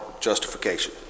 justification